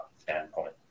standpoint